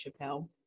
Chappelle